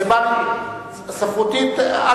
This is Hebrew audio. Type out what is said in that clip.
ספרותית.